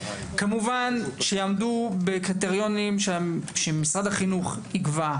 כמובן שיעמדו בקריטריונים שמשרד החינוך יקבע,